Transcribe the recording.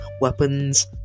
weapons